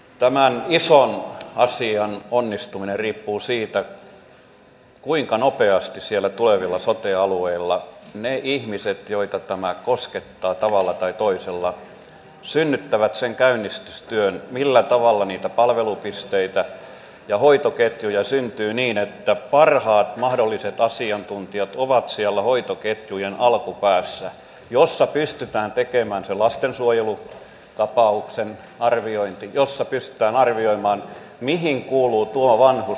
tämän ison asian onnistuminen riippuu siitä kuinka nopeasti siellä tulevilla sote alueilla ne ihmiset joita tämä koskettaa tavalla tai toisella synnyttävät sen käynnistystyön millä tavalla niitä palvelupisteitä ja hoitoketjuja syntyy niin että parhaat mahdolliset asiantuntijat ovat siellä hoitoketjujen alkupäässä jossa pystytään tekemään se lastensuojelutapauksen arviointi ja jossa pystytään arvioimaan mihin kuuluu tuo vanhus